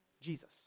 Jesus